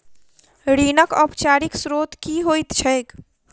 ऋणक औपचारिक स्त्रोत की होइत छैक?